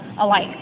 alike